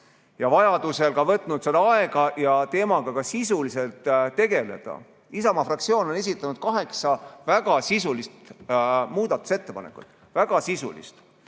ja vajadusel võtnud ka aega, et teemaga sisuliselt tegeleda. Isamaa fraktsioon on esitanud kaheksa väga sisulist muudatusettepanekut. Väga sisulist.